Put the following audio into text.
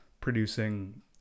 producing